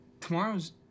tomorrow's